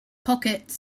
pockets